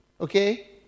Okay